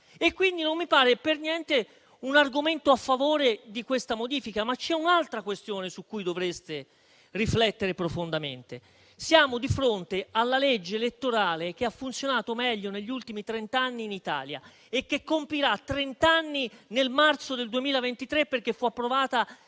Pertanto non mi pare per niente un argomento a favore di questa modifica. Vi è però un'altra questione su cui dovreste riflettere profondamente. Siamo di fronte alla legge elettorale che ha funzionato meglio negli ultimi trent'anni in Italia e che compirà trent'anni nel marzo del 2023 (perché fu approvata